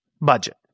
budget